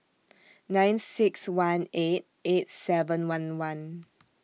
nine six one eight eight seven one one